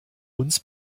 uns